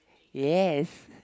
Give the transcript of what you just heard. yes